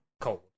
cold